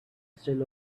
still